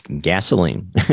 gasoline